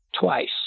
twice